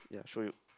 ya I show you